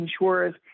insurers